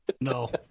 No